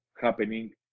happening